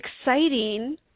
Exciting